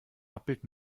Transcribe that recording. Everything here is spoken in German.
abbild